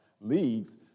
leagues